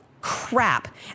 Crap